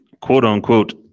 quote-unquote